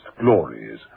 glories